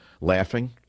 laughing